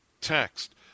text